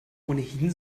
ohnehin